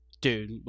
Dude